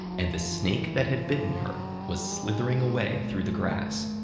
and the snake that had bitten her was slithering away through the grass.